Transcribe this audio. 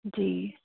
जी